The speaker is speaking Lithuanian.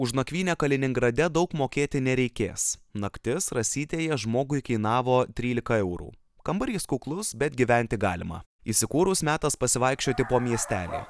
už nakvynę kaliningrade daug mokėti nereikės naktis rasytėje žmogui kainavo trylika eurų kambarys kuklus bet gyventi galima įsikūrus metas pasivaikščioti po miestelį